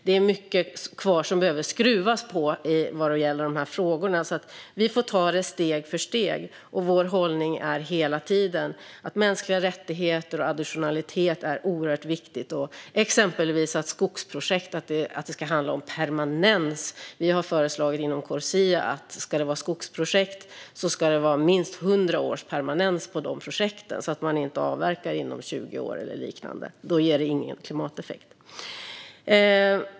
Det är mycket som behöver skruvas på vad gäller dessa frågor. Vi får ta det steg för steg. Vår hållning är hela tiden att det är oerhört viktigt med mänskliga rättigheter och additionalitet och att det exempelvis ska handla om permanens i skogsprojekt. Vi har föreslagit inom Corsia att det i skogsprojekt ska vara minst 100 års permanens, så att man inte avverkar inom 20 år eller liknande. Då ger det ingen klimateffekt.